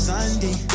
Sunday